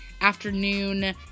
afternoon